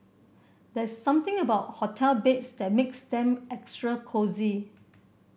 there's something about hotel beds that makes them extra cosy